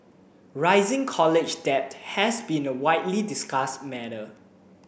rising college debt has been a widely discussed matter